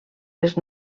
les